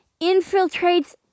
infiltrates